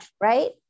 right